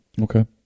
Okay